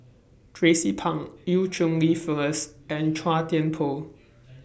Tracie Pang EU Cheng Li Phyllis and Chua Thian Poh